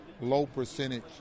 low-percentage